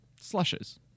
slushes